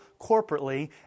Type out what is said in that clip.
corporately